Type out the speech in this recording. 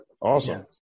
Awesome